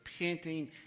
repenting